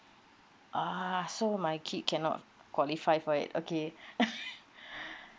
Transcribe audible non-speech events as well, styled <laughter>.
ah so my kid cannot qualify for it okay <laughs>